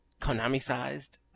Konami-sized